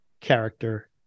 character